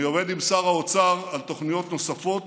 אני עובד עם שר האוצר על תוכניות נוספות